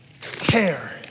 tear